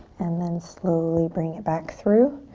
and then slowly bringing it back through.